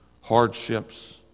hardships